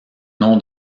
nom